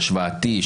השוואתי,